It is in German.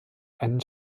einen